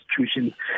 institutions